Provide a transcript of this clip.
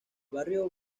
barrio